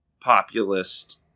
populist